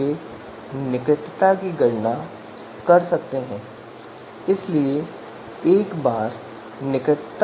अंश भाग में हमारे पास वास्तविक प्रदर्शन स्कोर है जो xai है और हर में हमारे पास एक विशेष कॉलम के साथ सभी अंकों के वर्ग तत्वों के योग का वर्गमूल है जो एक विशेष मानदंड है